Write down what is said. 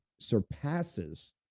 surpasses